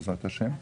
בעזרת השם,